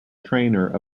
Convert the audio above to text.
trainer